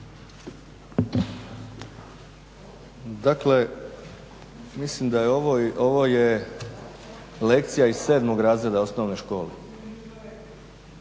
Dakle mislim da je ovo lekcija iz 7.razreda osnove škole.